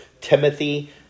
Timothy